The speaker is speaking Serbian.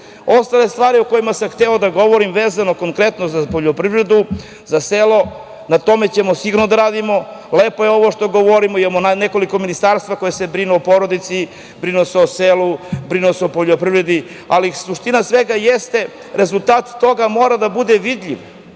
stvari o kojima sam hteo da govorim vezano, konkretno, za poljoprivredu, za selo, na tome ćemo sigurno da radimo. Lepo je ovo što govorimo, imamo nekoliko ministarstava koje se brinu o porodici, brinu se o selu, brinu se o poljoprivredi, ali suština svega jeste da rezultat toga mora da bude vidljiv.